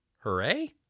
Hooray